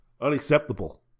unacceptable